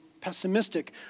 pessimistic